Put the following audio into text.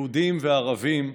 יהודים וערבים,